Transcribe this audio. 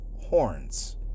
horns